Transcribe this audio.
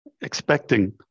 expecting